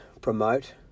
promote